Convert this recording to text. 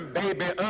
baby